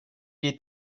est